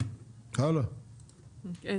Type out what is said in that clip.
יש